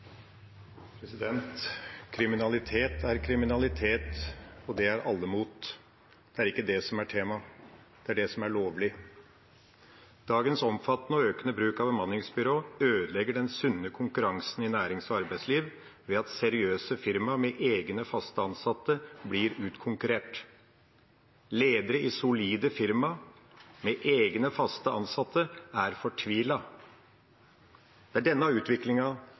ikke det som er tema – det er det som er lovlig. Dagens omfattende og økende bruk av bemanningsbyråer ødelegger den sunne konkurransen i nærings- og arbeidsliv ved at seriøse firmaer med egne fast ansatte blir utkonkurrert. Ledere i solide firmaer med egne fast ansatte er fortvilet. Det er denne